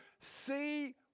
See